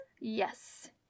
Yes